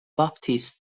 باپتیست